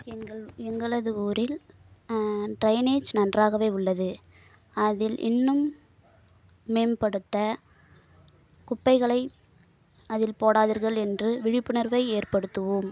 எங்கள் எங்களது ஊரில் டிரைனேஜ் நன்றாகவே உள்ளது அதில் இன்னும் மேம்படுத்த குப்பைகளை அதில் போடாதீர்கள் என்று விழிப்புணர்வை ஏற்படுத்துவோம்